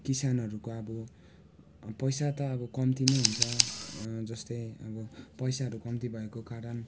किसानहरूको अब पैसा त अब कम्ती नै हुन्छ जस्तै अब पैसाहरू कम्ती भएको कारण